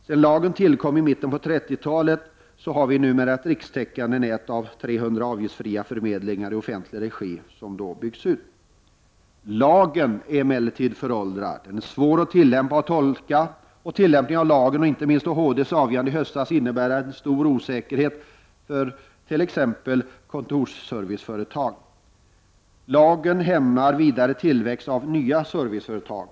Sedan lagen tillkom i mitten av 30-talet har numera ett rikstäckande nät omfattande 300 avgiftsfria förmedlingar i offentlig regi byggts ut. Lagen är emellertid föråldrad. Den är svår att tillämpa och tolka. Tillämpningen av lagen, inte minst HD:s avgörande i höstas, innebär en stor osäkerhet för bl.a. kontorsserviceföretagen. Vidare hämmar lagen tillväxten när det gäller nya serviceföretag.